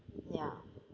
ya